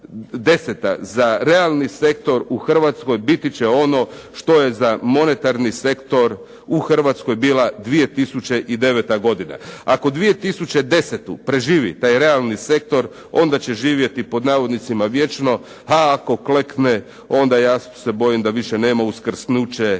za realni sektor u Hrvatskoj biti će u Hrvatskoj ono što je za monetarni sektor u Hrvatskoj bila 2009. godina. Ako 2010. preživi taj realni sektor, onda će živjeti pod navodnicima vječno, a ako klekne onda ja se bojim da više nema uskrsnuće